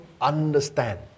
understand